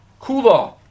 Kula